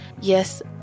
Yes